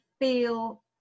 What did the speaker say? feel